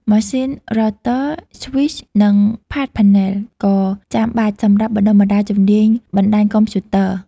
ម៉ាស៊ីន Router, Switch និង patch panel ក៏ចាំបាច់សម្រាប់បណ្តុះបណ្តាលជំនាញបណ្តាញកុំព្យូទ័រ។